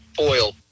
oil